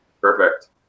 Perfect